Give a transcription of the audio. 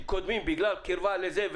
קודמים בגלל קרבה לזה,